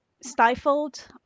stifled